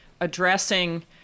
addressing